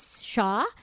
Shaw